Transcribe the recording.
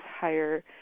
higher